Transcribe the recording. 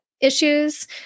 issues